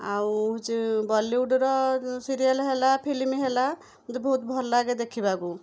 ଆଉ ହଉଛି ବଲିଉଡୁର ସିରିଏଲ ହେଲା ଫିଲିମି ହେଲା ମତେ ବହୁତ ଭଲ ଲାଗେ ଦେଖିବାକୁ